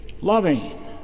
loving